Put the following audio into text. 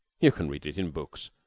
you can read it in books.